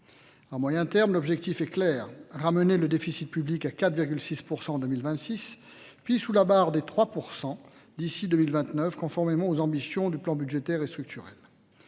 En moyen terme, l'objectif est clair, ramener le déficit public à 4,6% en 2026, puis sous la barre des 3% d'ici 2029 conformément aux ambitions du plan budgétaire et structurel.